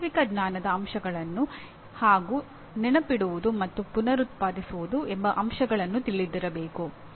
ವಾಸ್ತವಿಕ ಜ್ಞಾನದ ಅಂಶಗಳನ್ನು ಹಾಗೂ ನೆನಪಿಡುವುದು ಮತ್ತು ಪುನರ್ ಉತ್ಪಾದಿಸುವುದು ಎಂಬ ಅಂಶಗಳನ್ನು ತಿಳಿದಿರಬೇಕು